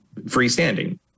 freestanding